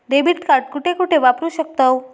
Debit card कुठे कुठे वापरू शकतव?